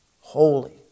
Holy